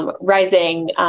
rising